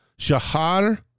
Shahar